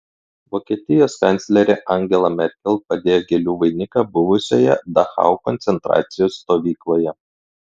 vokietijos kanclerė angela merkel padėjo gėlių vainiką buvusioje dachau koncentracijos stovykloje